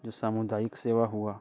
जो सामुदायिक सेवा हुआ